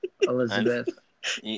Elizabeth